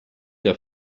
der